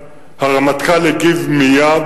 הרמטכ"ל הגיב מייד,